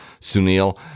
Sunil